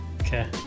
Okay